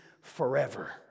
forever